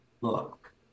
look